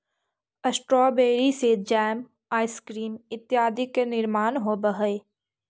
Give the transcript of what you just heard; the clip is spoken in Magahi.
स्ट्रॉबेरी से जैम, आइसक्रीम इत्यादि के निर्माण होवऽ हइ